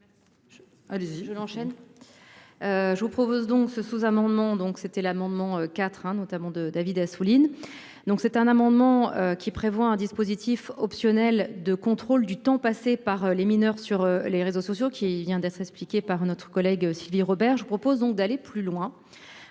Je vous propose donc ce sous-amendement donc c'était l'amendement quatre hein notamment de David Assouline. Donc c'est un amendement qui prévoit un dispositif optionnel de contrôle du temps passé par les mineurs sur les réseaux sociaux qui vient de s'appliquer par notre collègue Sylvie Robert, je propose donc d'aller plus loin